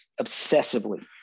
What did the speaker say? obsessively